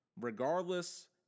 regardless